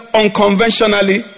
unconventionally